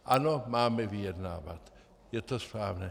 Ano, máme vyjednávat, je to správné.